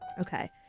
Okay